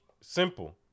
simple